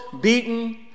beaten